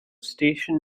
station